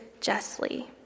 justly